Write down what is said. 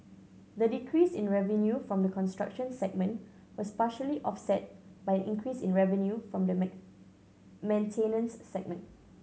the decrease in revenue from the construction segment was partially offset by an increase in revenue from the main maintenance segment